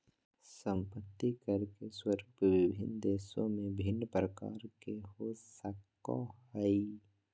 संपत्ति कर के स्वरूप विभिन्न देश में भिन्न प्रकार के हो सको हइ